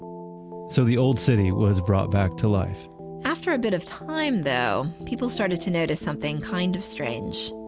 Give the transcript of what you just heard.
so, the old city was brought back to life after a bit of time though, people started to notice something kind of strange.